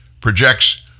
projects